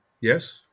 Yes